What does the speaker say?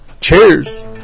Cheers